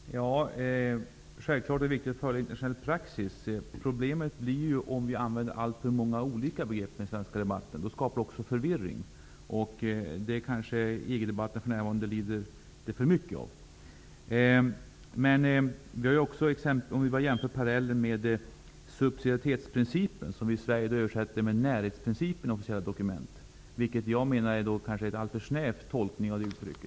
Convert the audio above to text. Herr talman! Självfallet är det viktigt att följa internationell praxis. Problemet uppstår ju om vi använder alltför många olika begrepp i den svenska debatten. Det skapar förvirring. För närvarande lider EG-debatten för mycket av detta. Vi kan göra en jämförelse med begreppet subsidiaritetsprincipen. I officiella dokument i Sverige översätts det begreppet med närhetsprincipen. Jag menar att det är en alltför snäv tolkning av det uttrycket.